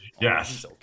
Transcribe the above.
Yes